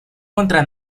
contra